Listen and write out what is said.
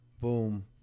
boom